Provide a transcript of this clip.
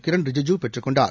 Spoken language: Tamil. கிரண் ரிஜிஜு பெற்றுக் கொண்டார்